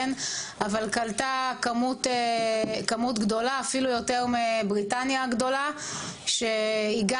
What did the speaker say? אבל קלטה כמות גדולה אפילו יותר מבריטניה הגדולה שהיא גם